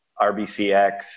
RBCX